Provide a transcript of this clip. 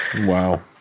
Wow